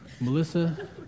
Melissa